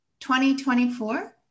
2024